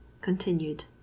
continued